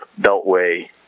beltway